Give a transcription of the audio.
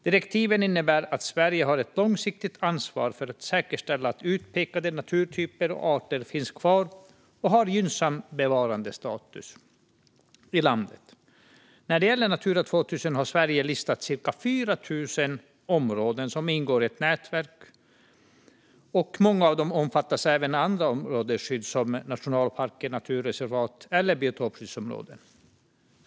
Direktiven innebär att Sverige har ett långsiktigt ansvar för att säkerställa att utpekade naturtyper och arter finns kvar och har gynnsam bevarandestatus i landet. När det gäller Natura 2000 har Sverige listat cirka 4 000 områden som ingår i ett nätverk, och många av dem omfattas även av andra områdesskydd som nationalparker, naturreservat eller biotopskyddsområden.